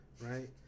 Right